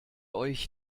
euch